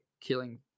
killing